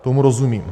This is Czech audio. Tomu rozumím.